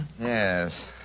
yes